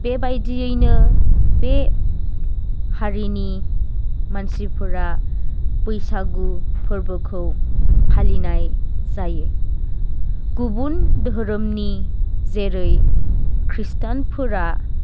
बेबायदियैनो बे हारिनि मानसिफोरा बैसागु फोरबोखौ फालिनाय जायो गुबुन धोरोमनि जेरै ख्रिस्तानफोरा